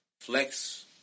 flex